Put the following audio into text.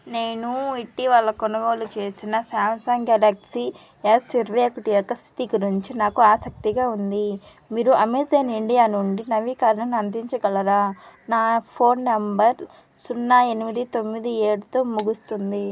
నేను ఇటీవల కొనుగోలు చేసిన సాంసంగ్ గెలాక్సీ ఎస్ ఇరవై ఒకటి యొక్క స్థితి గురించి నాకు ఆసక్తిగా ఉంది మీరు అమెజాన్ ఇండియా నుండి నవీకరణను అందించగలరా నా ఫోన్ నెంబర్ సున్నా ఎనిమిది తొమ్మిది ఏడుతో ముగుస్తుంది